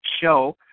show